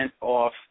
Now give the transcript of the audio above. off